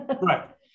Right